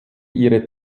ihre